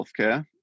healthcare